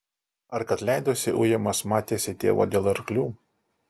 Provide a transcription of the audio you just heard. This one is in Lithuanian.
ar kad leidosi ujamas matėsi tėvo dėl arklių